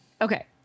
Okay